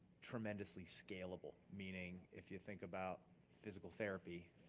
tremendously scalable. meaning, if you think about physical therapy,